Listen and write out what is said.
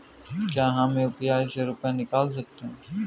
क्या हम यू.पी.आई से रुपये निकाल सकते हैं?